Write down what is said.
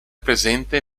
presente